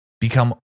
become